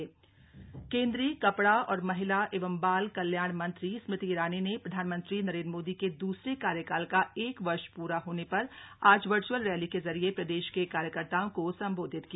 Bhajpa virtual rally केंद्रीय कपड़ा और महिला एवं बाल कल्याण मंत्री स्मृति ईरानी ने प्रधानमंत्री नरेंद्र मोदी के द्सरे कार्यकाल का एक वर्ष होने पर आज वर्चअल रैली के जरिए प्रदेश के कार्यकर्ताओं को संबोधित किया